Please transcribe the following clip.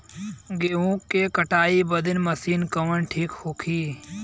गेहूँ के बुआई खातिन कवन मशीन ठीक होखि?